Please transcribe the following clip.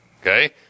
Okay